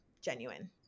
genuine